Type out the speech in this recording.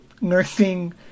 Nursing